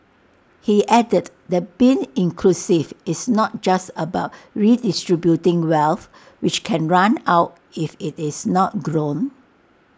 he added that being inclusive is not just about redistributing wealth which can run out if IT is not grown